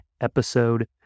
episode